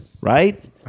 right